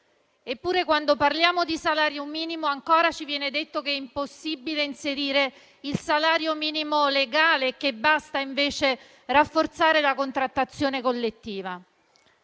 Eppure, quando parliamo di salario minimo, ancora ci viene detto che è impossibile inserire il salario minimo legale e che basta invece rafforzare la contrattazione collettiva.